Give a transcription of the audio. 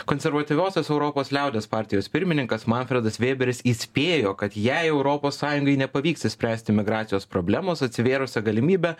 konservatyviosios europos liaudies partijos pirmininkas manfredas vėberis įspėjo kad jei europos sąjungai nepavyks išspręsti migracijos problemos atsivėrusia galimybe